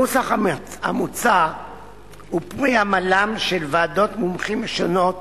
הנוסח המוצע הוא פרי עמלן של ועדות מומחים שונות